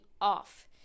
off